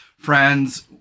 friends